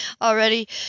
Already